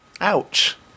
Ouch